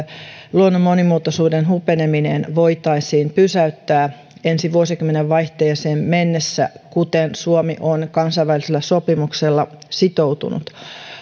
luonnon monimuotoisuuden hupeneminen voitaisiin pysäyttää ensi vuosikymmenen vaihteeseen mennessä kuten suomi on kansainvälisellä sopimuksella sitoutunut